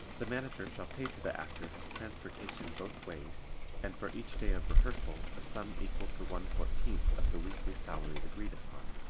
the manager shall pay to the actor his transportation both ways and for each day of rehearsal a sum equal to one-fourteenth of the weekly salary agreed upon,